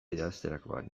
idazterakoan